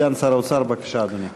סגן שר האוצר, בבקשה, אדוני.